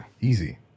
Easy